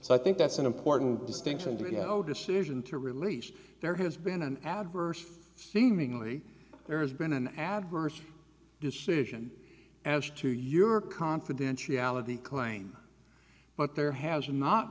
so i think that's an important distinction to you know decision to release there has been an adverse seemingly there has been an adverse decision as to your confidentiality claim but there has not